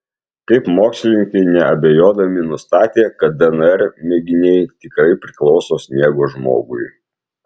kaip mokslininkai neabejodami nustatė kad dnr mėginiai tikrai priklauso sniego žmogui